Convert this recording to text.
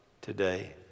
today